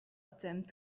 attempt